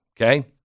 Okay